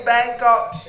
Bangkok